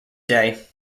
day